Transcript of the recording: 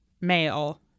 male